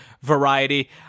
variety